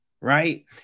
right